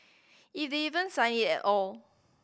if they even sign it at all